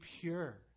pure